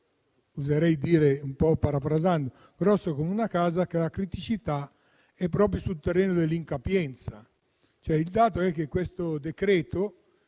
oserei dire, un po' parafrasando, grosso come una casa - e una criticità proprio sul terreno dell'incapienza. Il dato è che il decreto-legge